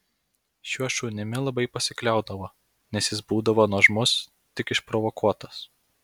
šiuo šunimi labai pasikliaudavo nes jis būdavo nuožmus tik išprovokuotas